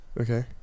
okay